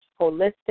holistic